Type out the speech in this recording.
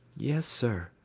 yes, sir.